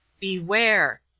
beware